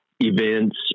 events